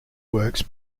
works